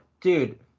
dude